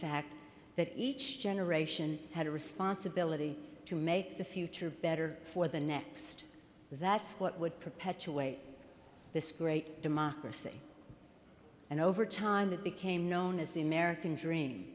fact that each generation had a responsibility to make the future better for the next because that's what would perpetuate this great democracy and over time it became known as the american dream